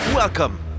Welcome